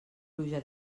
pluja